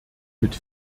mit